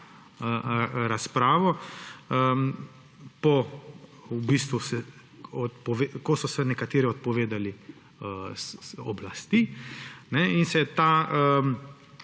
razpravo, ko so se nekateri odpovedali oblasti in se je ta